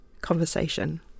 conversation